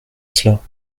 cela